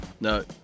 No